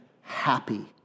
happy